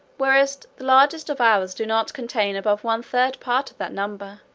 whereas the largest of ours do not contain above one third part of that number.